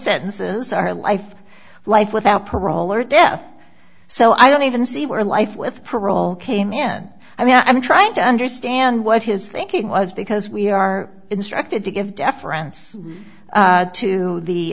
sentences are life life without parole or death so i don't even see where life with parole came in i mean i'm trying to understand what his thinking was because we are instructed to give deference to the